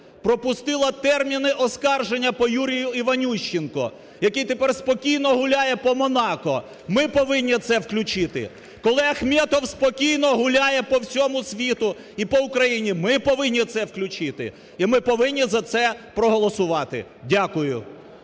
пропустила терміни оскарження по Юрію Іванющенку, який тепер спокійно гуляє по Монако, ми повинні це включити. Коли Ахметов спокійно гуляє по всьому світу і по Україні, ми повинні це включити. І ми повинні за це проголосувати. Дякую.